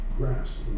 Grass